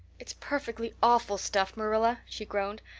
it's perfectly awful stuff, marilla, she groaned.